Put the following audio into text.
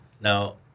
now